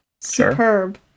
Superb